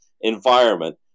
environment